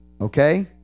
okay